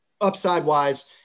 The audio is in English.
upside-wise